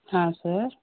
ಹಾಂ ಸರ್